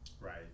Right